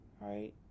right